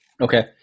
okay